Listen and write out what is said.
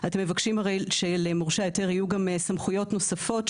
אתם מבקשים הרי שלמורשי ההיתר יהיו גם סמכויות נוספות,